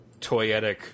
toyetic